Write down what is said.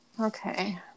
Okay